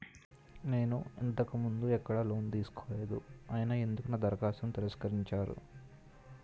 నేను ఇంతకు ముందు ఎక్కడ లోన్ తీసుకోలేదు అయినా ఎందుకు నా దరఖాస్తును తిరస్కరించారు?